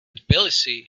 tbilisi